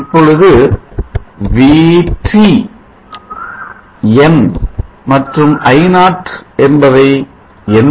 இப்பொழுது VT n மற்றும் I0 என்பவை என்ன